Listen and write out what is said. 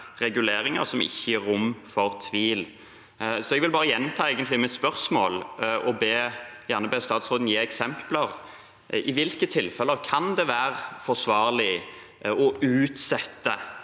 reguleringer som ikke gir rom for tvil. Så jeg vil egentlig bare gjenta mitt spørsmål og gjerne be statsråden gi eksempler: I hvilke tilfeller kan det være forsvarlig å utsette